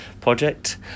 project